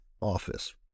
office